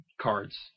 Cards